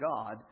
God